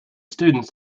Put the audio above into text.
students